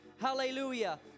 Hallelujah